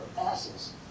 asses